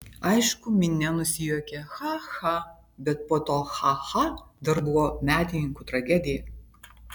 aišku minia nusijuokė cha cha bet po to cha cha dar buvo medininkų tragedija